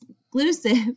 exclusive